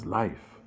life